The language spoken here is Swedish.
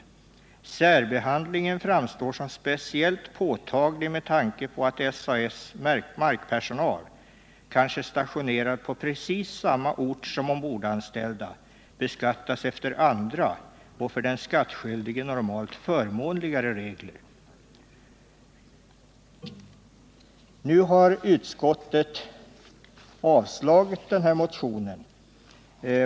Särbehandlingen framstår som speciellt påtaglig med tanke på att SAS markpersonal, kanske stationerad på precis samma ort som ombordanställda, beskattas efter andra och för den skattskyldige normalt förmånligare regler.” Utskottet har avstyrkt motionen.